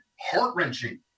heart-wrenching